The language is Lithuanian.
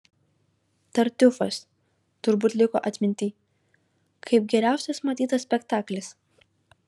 tartiufas turbūt liko atmintyj kaip geriausias matytas spektaklis